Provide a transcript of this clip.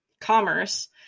commerce